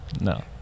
No